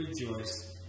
rejoice